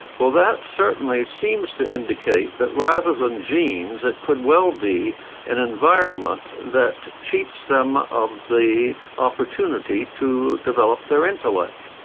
well that certainly seems to indicate that rather than genes it could well be an environment that cheats them of the opportunity to develop their intellect.